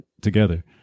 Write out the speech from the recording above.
together